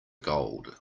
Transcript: gold